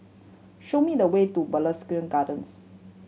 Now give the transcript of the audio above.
show me the way to Mugliston Gardens